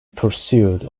pursuit